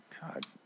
God